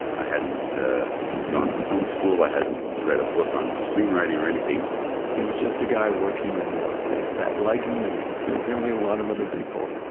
i hadn't gone to film school, i hadn't read a book on screenwriting or anything he was just a guy working in real estate that like me, and apparently a lot of other people,